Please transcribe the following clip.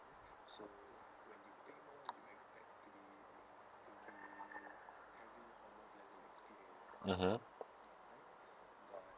mmhmm